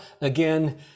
again